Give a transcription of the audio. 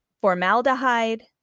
formaldehyde